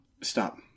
Stop